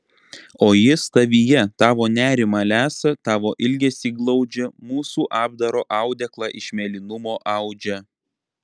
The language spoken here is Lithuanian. o jis tavyje tavo nerimą lesa tavo ilgesį glaudžia mūsų apdaro audeklą iš mėlynumo audžia